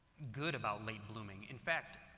good about late blooming. in fact,